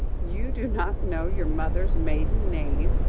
you do not know your mother's maiden name?